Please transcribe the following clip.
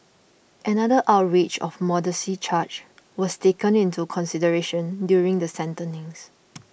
another outrage of modesty charge was taken into consideration during sentencings